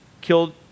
killed